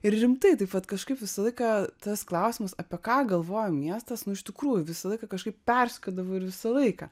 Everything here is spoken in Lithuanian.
ir rimtai taip vat kažkaip visą laiką tas klausimas apie ką galvoja miestas nu iš tikrųjų visą laiką kažkaip persekiodavo ir visą laiką